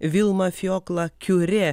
vilma fiokla kiure